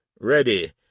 Ready